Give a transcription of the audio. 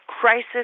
crisis